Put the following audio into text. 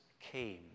came